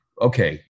okay